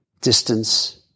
distance